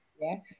Yes